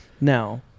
Now